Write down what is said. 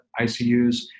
ICUs